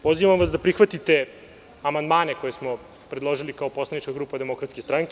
Pozivam vas da prihvatite amandmane koje smo predložili kao poslanička grupa Demokratske stranke.